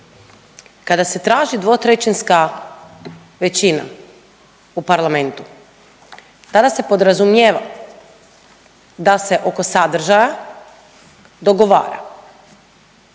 kada se traži dvotrećinska većina u parlamentu tada se podrazumijeva da se oko sadržaja dogovara,